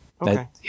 okay